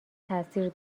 تاثیر